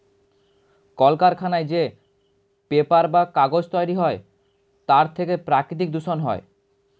কলকারখানায় যে পেপার বা কাগজ তৈরি হয় তার থেকে প্রাকৃতিক দূষণ হয়